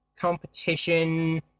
competition